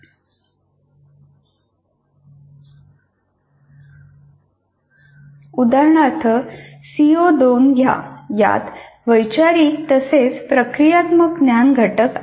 उदाहरणार्थ सीओ 2 घ्याः यात वैचारिक तसेच प्रक्रियात्मक ज्ञान घटक आहेत